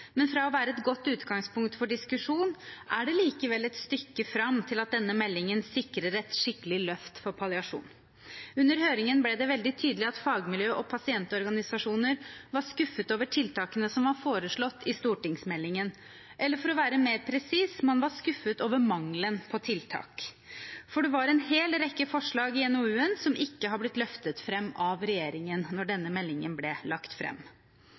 Men fra å være et godt utgangspunkt for diskusjon er det likevel et stykke fram til at denne meldingen sikrer et skikkelig løft for palliasjon. Under høringen ble det veldig tydelig at fagmiljøet og pasientorganisasjoner var skuffet over tiltakene som var foreslått i stortingsmeldingen, eller for å være mer presis: Man var skuffet over mangelen på tiltak, for det var en hel rekke forslag i NOU-en som ikke har blitt løftet fram av regjeringen da denne meldingen ble lagt